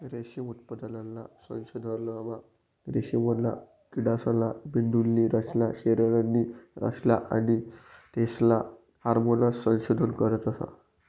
रेशीम उत्पादनना संशोधनमा रेशीमना किडासना मेंदुनी रचना, शरीरनी रचना आणि तेसना हार्मोन्सनं संशोधन करतस